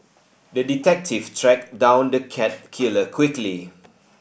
the detective tracked down the cat killer quickly